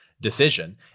decision